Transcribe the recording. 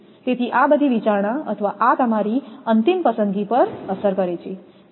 તેથી આ બધી વિચારણા અથવા આ તમારી અંતિમ પસંદગી પર અસર કરે છે